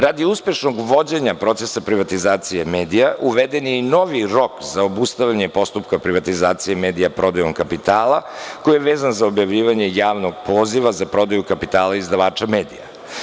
Radi uspešnog vođenja procesa privatizacije medija uveden je i novi rok za obustavljanje postupka privatizacije medija prodajom kapitala, koji je vezan za objavljivanje javnog poziva za prodaju kapitala izdavača medija.